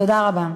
תודה רבה.